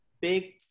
big